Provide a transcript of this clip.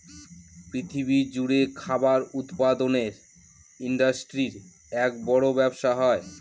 পৃথিবী জুড়ে খাবার উৎপাদনের ইন্ডাস্ট্রির এক বড় ব্যবসা হয়